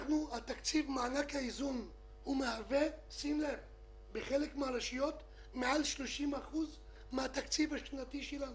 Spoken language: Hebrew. מענק האיזון מהווה בחלק מן הרשויות יותר מ-30% מן התקציב השנתי שלנו.